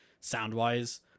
sound-wise